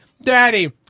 daddy